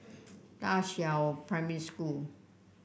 Da Qiao Primary School